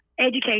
education